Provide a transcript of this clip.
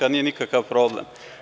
Nije nikakav problem.